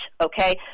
okay